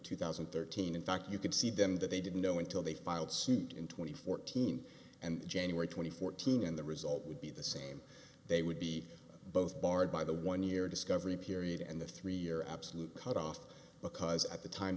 two thousand and thirteen in fact you could see them that they didn't know until they filed suit in two thousand and fourteen and january twenty fourth teen and the result would be the same they would be both barred by the one year discovery period and the three year absolute cut off because at the time